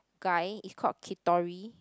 guy he's called Kitori